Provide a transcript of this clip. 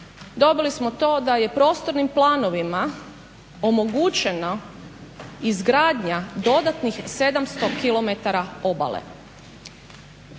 dobili smo to da je prostornim planovima omogućeno izgradnja dodatnih 700 km obale.